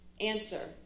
Answer